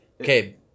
Okay